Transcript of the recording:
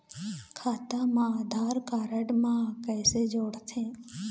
खाता मा आधार कारड मा कैसे जोड़थे?